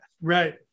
Right